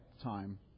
time